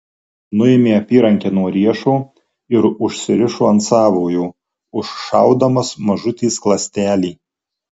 nuėmė apyrankę nuo riešo ir užsirišo ant savojo užšaudamas mažutį skląstelį